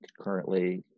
currently